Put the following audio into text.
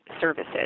services